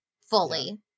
fully